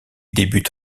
débute